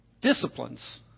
disciplines